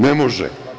Ne može.